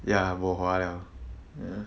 ya bo hua 了